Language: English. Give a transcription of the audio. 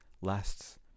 lasts